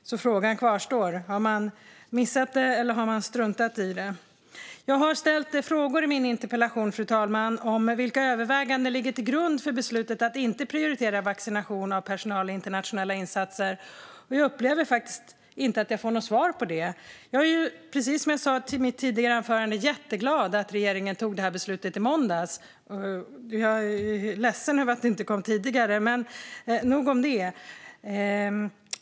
Frågan kvarstår: Har man missat det, eller har man struntat i det? Jag har ställt frågor i min interpellation, fru talman, om vilka överväganden som ligger till grund för beslutet att inte prioritera vaccination av personal i internationella insatser. Jag upplever faktiskt inte att jag får något svar på det. Jag är, precis som jag sa i mitt tidigare anförande, jätteglad att regeringen tog detta beslut i måndags. Jag är ledsen över att det inte kom tidigare, men nog om det.